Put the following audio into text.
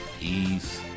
peace